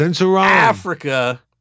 Africa